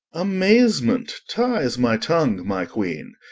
amazement ties my tongue, my queen,